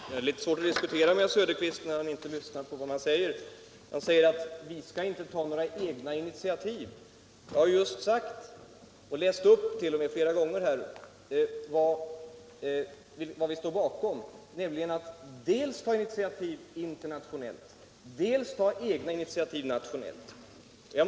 Herr talman! Det är svårt att diskutera med herr Söderqvist när han inte lyssnar på vad man säger. Han påstår att vi säger att Sverige inte skall ta några egna initiativ. Jag har ju läst upp, flera gånger t.o.m., vad vi står bakom — dels att ta initiativ internationellt, dels att ta egna initiativ nationellt.